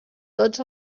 tots